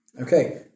Okay